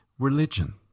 Religion